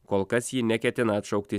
kol kas ji neketina atšaukti